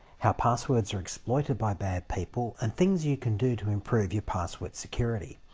how passwords are exploited by bad people and things you can do to improve your password security.